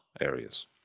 areas